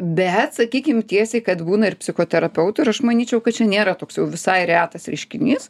bet sakykim tiesiai kad būna ir psichoterapeutų ir aš manyčiau kad čia nėra toks jau visai retas reiškinys